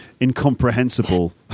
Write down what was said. incomprehensible